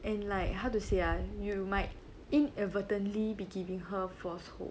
and like how to say ah you might inadvertently be giving her false hope